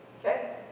Okay